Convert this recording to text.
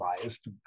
biased